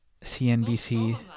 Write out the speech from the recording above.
CNBC